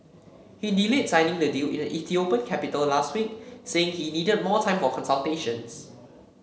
he delayed signing the deal in the Ethiopian capital last week saying he needed more time for consultations